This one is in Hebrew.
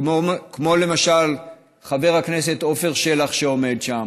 כמו למשל חבר הכנסת עפר שלח, שעומד שם,